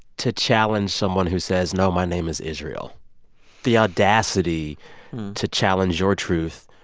to challenge someone who says, no, my name is israel the audacity to challenge your truth,